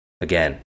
Again